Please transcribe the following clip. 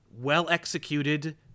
well-executed